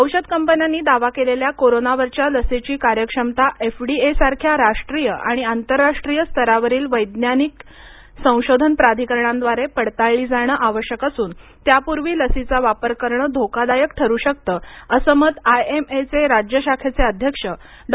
औषध कंपन्यांनी दावा केलेल्या कोरोनावरच्या लसीची कार्यक्षमता एफडीएसारख्या राष्ट्रीय आणि आंतरराष्ट्रीय स्तरावरील वैज्ञानिक संशोधक प्राधिकरणांद्वारे पडताळली जाणं आवश्यक असून त्यापूर्वी लसीचा वापर करणं धोकादायक ठरू शकतं असं मत आयएमए चे राज्य शाखेचे अध्यक्ष डॉ